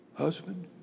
husband